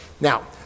now